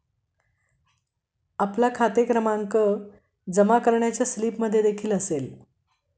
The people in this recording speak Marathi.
आपला खाते क्रमांक जमा करण्याच्या स्लिपमध्येदेखील असेल